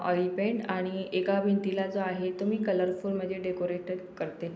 oil paint आणि एका भिंतीला जो आहे तो मी कलरफुल म्हणजे डेकोरेटेड करते